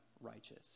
righteous